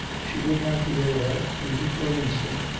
she would not be aware, even for an instant,